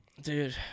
Dude